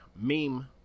meme